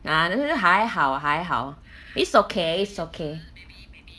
ah 还好还好 it's okay it's okay